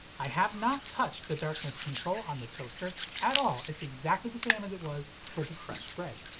i have not touched the darkness control on the toaster at all it's exactly the same as it was for the fresh bread.